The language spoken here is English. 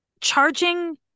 Charging